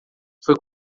foi